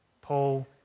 Paul